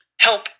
help